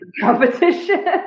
competition